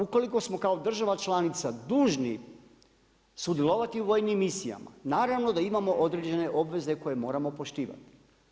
Ukoliko smo kao država članica dužni sudjelovati u vojnim misijama, naravno da imamo određena obveze koje moramo poštivati.